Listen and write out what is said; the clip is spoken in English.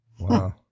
Wow